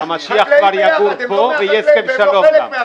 היא לא חקלאית, והיא לא מייצגת חקלאים.